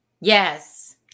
Yes